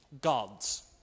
gods